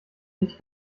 nicht